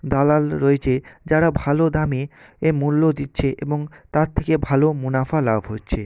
দালাল রয়েচে যারা ভালো দামে এ মূল্য দিচ্ছে এবং তার থেকে ভালো মুনাফা লাভ হচ্ছে